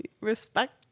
Respect